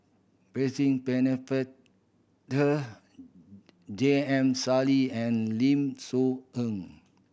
Percy Pennefather J M Sali and Lim Soo Ngee